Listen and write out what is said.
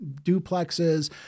duplexes